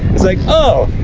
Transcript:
it's like, oh,